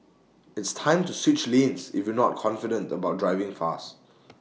it's time to switch lanes if you're not confident about driving fast